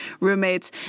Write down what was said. roommates